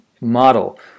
model